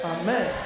Amen